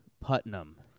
Putnam